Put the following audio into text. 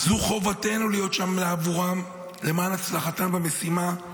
זו חובתנו להיות שם בעבורם, למען הצלחתם במשימה,